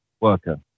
worker